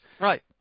Right